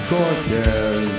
Cortez